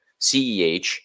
CEH